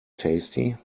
tasty